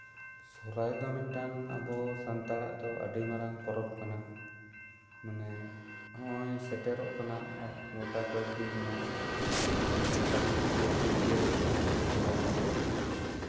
ᱥᱚᱦᱨᱟᱭ ᱫᱚ ᱢᱤᱫᱴᱟᱝ ᱟᱵᱚ ᱥᱟᱱᱛᱟᱲᱟᱜ ᱫᱚ ᱟᱹᱰᱤ ᱢᱟᱨᱟᱝ ᱯᱚᱨᱚᱵᱽ ᱢᱟᱱᱮ ᱱᱚᱜᱼᱚᱭ ᱥᱮᱴᱮᱨᱚᱜ ᱠᱟᱱᱟ ᱜᱳᱴᱟ ᱠᱚᱭᱮᱠ ᱫᱤᱱ ᱢᱮᱱᱟᱜᱼᱟ ᱚᱱᱟ ᱫᱚ ᱠᱟᱹᱞᱤ ᱯᱩᱡᱟᱹ ᱥᱚᱢᱚᱭ ᱜᱮ ᱦᱩᱭᱩᱜᱼᱟ ᱟᱢᱵᱟᱵᱟᱹᱥᱭᱟᱹ